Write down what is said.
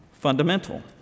fundamental